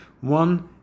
One